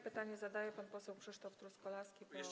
Pytanie zadaje pan poseł Krzysztof Truskolaski, PO-KO.